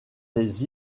les